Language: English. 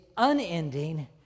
unending